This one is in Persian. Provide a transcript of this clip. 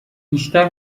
بیشتر